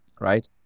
right